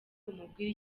umubwire